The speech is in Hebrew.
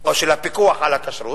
או של הפיקוח על הכשרות,